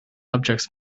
objects